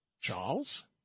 Charles